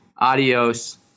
Adios